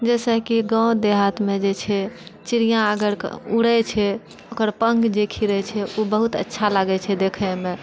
जैसे कि गाँव देहातमे जे छै चिड़िया अगर उड़ै छै ओकर पङ्ख जे खिलै छै उ बहुत अच्छा लागै छै देखैमे